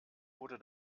wurde